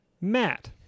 Matt